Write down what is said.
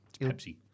Pepsi